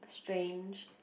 strange